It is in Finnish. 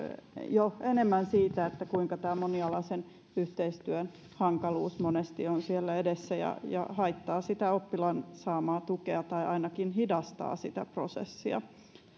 jo enemmän siitä kuinka tämä monialaisen yhteistyön hankaluus monesti on siellä edessä ja ja haittaa sitä oppilaan saamaa tukea tai ainakin hidastaa sitä prosessia